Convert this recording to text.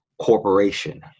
corporation